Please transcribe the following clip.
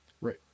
right